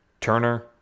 Turner